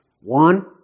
One